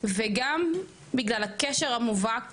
וגם בגלל הקשר המובהק